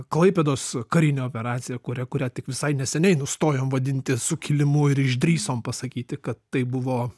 klaipėdos karinė operacija kurią kurią tik visai neseniai nustojom vadinti sukilimu ir išdrįsom pasakyti kad tai buvo